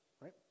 right